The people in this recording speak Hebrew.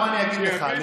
בוא אני אגיד לך.